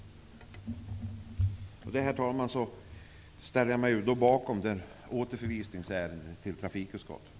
Med det, herr talman, ställer jag mig bakom yrkandet om återförvisning till trafikutskottet.